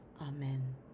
amen